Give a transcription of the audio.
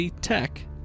Tech